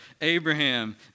Abraham